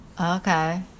Okay